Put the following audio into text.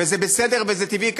וזה בסדר וזה טבעי.